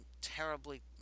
terribly